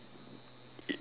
it is